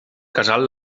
casal